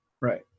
Right